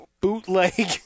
bootleg